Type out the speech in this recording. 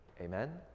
Amen